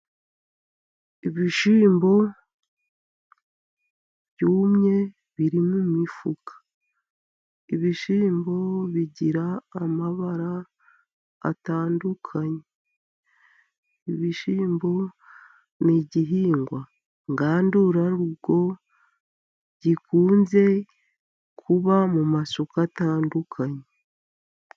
Ibishyimbo byumye biri mu mifuka. Ibishimbo bigira amabara atandukanye. Ibishyimbo ni ibihingwa ngandurarugo, bikunze kuba mu masoko atandukanye.